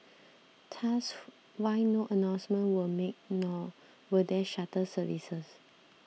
thus why no announcements were made nor were there shuttle services